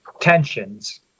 Tensions